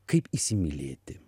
kaip įsimylėti